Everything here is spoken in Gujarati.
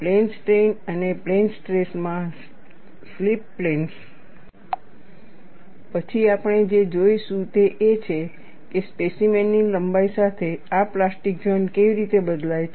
પ્લેન સ્ટ્રેઈન અને પ્લેન સ્ટ્રેસ માં સ્લિપ પ્લેન્સ પછી આપણે જે જોઈશું તે એ છે કે સ્પેસીમેન ની લંબાઈ સાથે આ પ્લાસ્ટિક ઝોન કેવી રીતે બદલાય છે